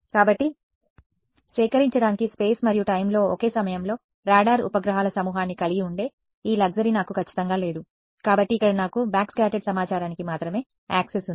కాబట్టి సేకరించడానికి స్పేస్ మరియు టైం లో ఒకే సమయంలో రాడార్ ఉపగ్రహాల సమూహాన్ని కలిగి ఉండే ఈ లగ్జరీ నాకు ఖచ్చితంగా లేదు కాబట్టి ఇక్కడ నాకు బ్యాక్స్కాటర్డ్ సమాచారానికి మాత్రమే యాక్సెస్ ఉంది